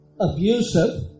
abusive